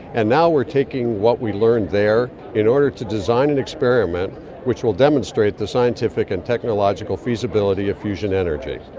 and now we're taking what we learned there in order to design an experiment which will demonstrate the scientific and technological feasibility of fusion energy.